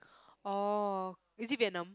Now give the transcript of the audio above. oh is it Vietnam